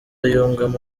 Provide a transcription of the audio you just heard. yungamo